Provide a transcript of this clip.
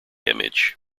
image